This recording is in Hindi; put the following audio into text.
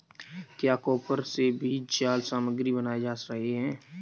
क्या कॉपर से भी जाल सामग्री बनाए जा रहे हैं?